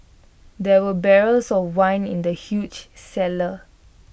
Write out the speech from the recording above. there were barrels of wine in the huge cellar